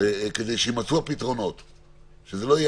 בעניין זה כדי שהפתרונות יימצאו ושזה לא יהיה